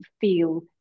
feel